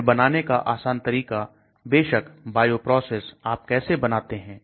फिर बनाने का आसान तरीका बेशक बायोप्रोसेस आप कैसे बनाते हैं